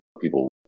people